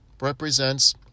represents